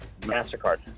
MasterCard